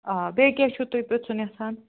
آ بیٚیہِ کیاہ چھو تُہۍ پرژھُن یَژھان